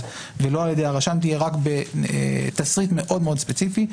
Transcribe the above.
ולא על ידי הרשם תהיה רק בתסריט מאוד מאוד ספציפי,